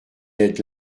ned